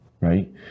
right